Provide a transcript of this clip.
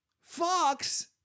Fox